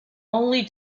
only